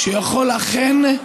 אכן,